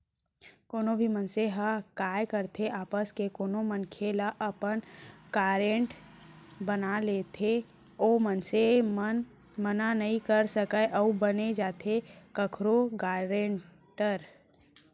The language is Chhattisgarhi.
कोनो भी मनसे ह काय करथे आपस के कोनो मनखे ल अपन गारेंटर बना लेथे ओ मनसे ह मना नइ कर सकय अउ बन जाथे कखरो गारेंटर